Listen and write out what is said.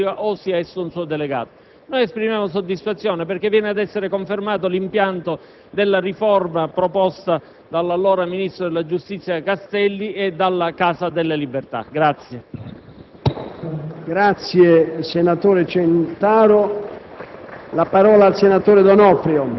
di visibilità mediatica attraverso un unico portavoce, sia esso il procuratore della Repubblica o un suo delegato. Esprimo, infine, soddisfazione perché in questo modo viene ad essere confermato l'impianto della riforma proposta dall'allora ministro della giustizia Castelli e dalla Casa delle Libertà.